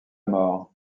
mort